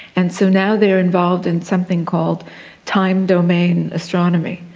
and so now they're involved in something called time domain astronomy.